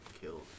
killed